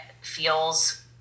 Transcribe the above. feels